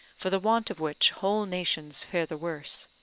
for the want of which whole nations fare the worse.